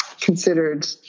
considered